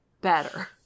better